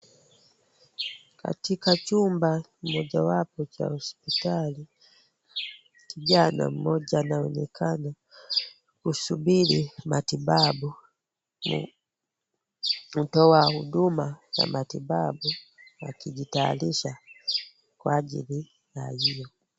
Katika chumba moja wapo ya hospitali, kijana mmoja anaonekana kusubiri matibabu. Mtoahuduma akijitayarisha kwa ajili ya hiyo.